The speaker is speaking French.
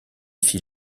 fit